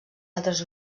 altres